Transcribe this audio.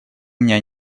меня